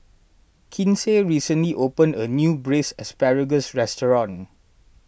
Kinsey recently opened a new Braised Asparagus restaurant